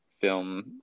film